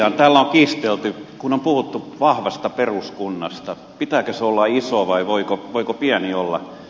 täällä on kiistelty kun on puhuttu vahvasta peruskunnasta pitääkö sen olla iso vai voiko pieni olla